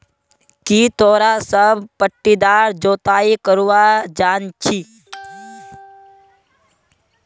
की तोरा सब पट्टीदार जोताई करवा जानछी